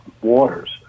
waters